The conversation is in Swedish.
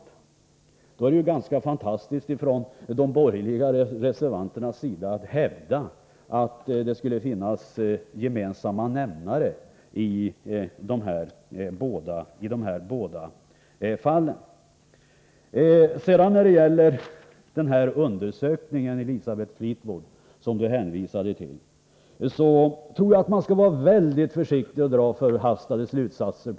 Mot den bakgrunden är det ju ganska fantastiskt att de borgerliga reservanterna hävdar att det skulle finnas gemensamma nämnare i de här båda fallen. När det gäller den undersökning som Elisabeth Fleetwood hänvisade till tror jag man skall vara väldigt försiktig och inte dra förhastade slutsatser.